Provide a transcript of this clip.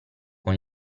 con